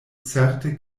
certe